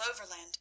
overland